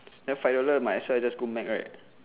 ya five dollar might as well just go Mac right